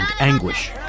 anguish